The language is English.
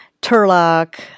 Turlock